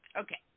Okay